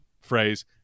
phrase